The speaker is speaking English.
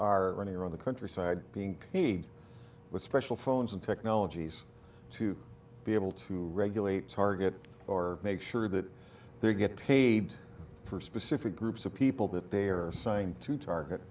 are running around the countryside being paid with special phones and technologies to be able to regulate target or make sure that they get paid for specific groups of people that they are assigned to target